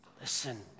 Listen